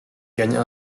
gagnent